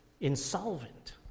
insolvent